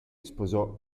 sposò